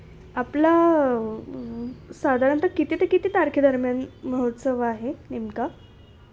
आपला साधारणतः किती ते किती तारखेदरम्यान महोत्सव आहे नेमका